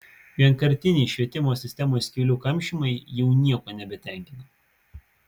vienkartiniai švietimo sistemos skylių kamšymai jau nieko nebetenkina